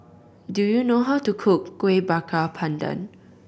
do you know how to cook Kuih Bakar Pandan